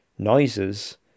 Noises